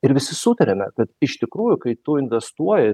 ir visi sutarėme kad iš tikrųjų kai tų investuoji